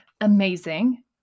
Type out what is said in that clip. amazing